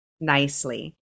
nicely